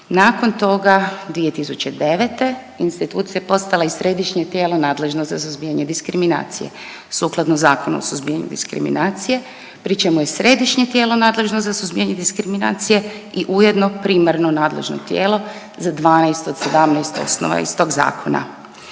Nakon toga 2009. institucija je postala i središnje tijelo nadležno za suzbijanje diskriminacije. Sukladno Zakonu o suzbijanju diskriminacije pri čemu je središnje tijelo nadležno za suzbijanje diskriminacije i ujedno primarno nadležno tijelo za 12 od 17 osnova iz tog zakona.